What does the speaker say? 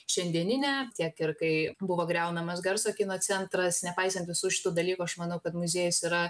šiandieninę tiek ir kai buvo griaunamas garso kino centras nepaisant visų šitų dalykų aš manau kad muziejus yra